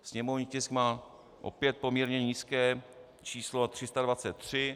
Sněmovní tisk má opět poměrně nízké číslo 323.